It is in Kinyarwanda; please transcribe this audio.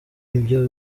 ibyo